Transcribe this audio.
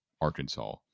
Arkansas